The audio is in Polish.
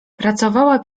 pracowała